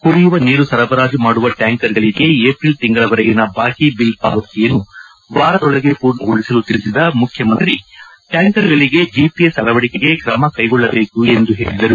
ಕುಡಿಯುವ ನೀರು ಸರಬರಾಜು ಮಾಡುವ ಟ್ಯಾಂಕರ್ ಗಳಿಗೆ ಏಪ್ರಿಲ್ ತಿಂಗಳವರೆಗಿನ ಬಾಕಿ ಬಿಲ್ ಪಾವತಿಯನ್ನು ವಾರದೊಳಗೆ ಮೂರ್ಣಗೊಳಿಸಲು ತಿಳಿಸಿದ ಮುಖ್ಯಮಂತ್ರಿ ಟ್ಯಾಂಕರ್ ಗಳಿಗೆ ಜಿಪಿಎಸ್ ಅಳವಡಿಕೆಗೆ ಕ್ರಮ ಕೈಗೊಳ್ಳಬೇಕು ಎಂದು ತಿಳಿಸಿದರು